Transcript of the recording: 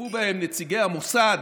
שהשתתפו בהם נציגי המוסד,